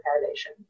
correlation